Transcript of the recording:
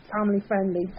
family-friendly